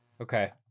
Okay